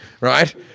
right